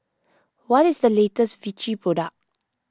what is the latest Vichy product